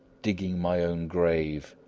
digging my own grave,